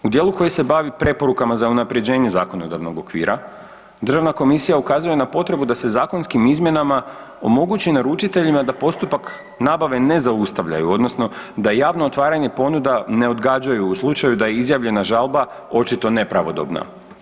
U dijelu koji se bavi preporukama za unaprjeđenje zakonodavnog okvira, Državna komisija ukazuje na potrebu da se zakonskim izmjenama omogući naručiteljima da postupak nabave ne zaustavljaju, odnosno da javno otvaranje ponuda ne odgađaju, u slučaju da je izjavljena žalba, očito nepravodobna.